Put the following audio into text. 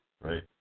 right